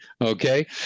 Okay